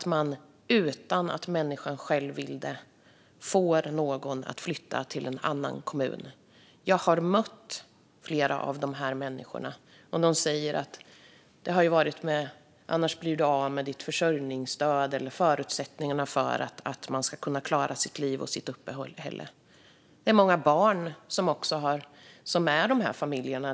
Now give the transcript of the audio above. Utan att människan själv vill det får man den att flytta till en annan kommun. Jag har mött flera av dessa människor som berättat att man sagt att de annars skulle bli av med sitt försörjningsstöd eller förutsättningarna för att klara liv och uppehälle. Många barn och familjer finns också bland dem.